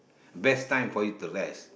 best time for you to rest